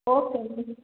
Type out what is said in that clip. okay ma'am